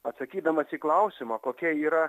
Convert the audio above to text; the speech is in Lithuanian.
atsakydamas į klausimą kokie yra